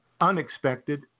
unexpected